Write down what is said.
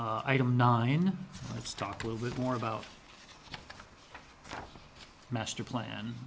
request item nine let's talk a little bit more about master plan